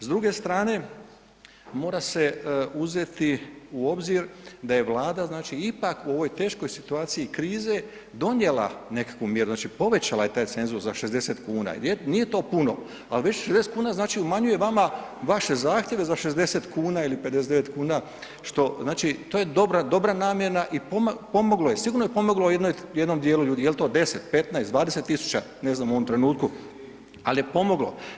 S druge strane, mora se uzeti u obzir da je Vlada znači ipak u ovoj teškoj situaciji krize, donijela nekakvu mjeru, znači povećala je taj cenzus za 60 kn, nije to puno ali već 60 kn znači umanjuje vama vaše zahtjeve za 60 kn ili 59 kn, znači to je dobra namjena i pomoglo je, sigurno je pomoglo jednom djelu ljudi, jel to 10, 15, 20 000, ne znam u ovom trenutku ali je pomoglo.